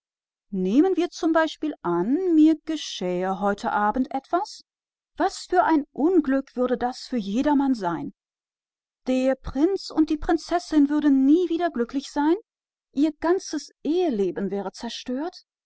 nehmen wir zum beispiel an mir passierte heute nacht etwas was für ein unglück wäre das für einen jeden der prinz und die prinzessin würden niemals wieder glücklich sein können ihr ganzes eheliches leben wäre zerstört